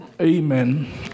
Amen